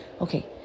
Okay